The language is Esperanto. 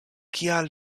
kial